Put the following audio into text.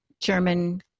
German